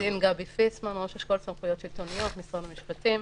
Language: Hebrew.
אני ראש אשכול סמכויות שלטוניות, משרד המשפטים.